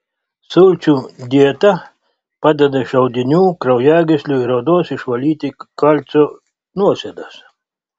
sulčių dieta padeda iš audinių kraujagyslių ir odos išvalyti kalcio nuosėdas